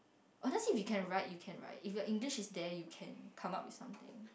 honestly if you can write you can write if your English is there you can come up with something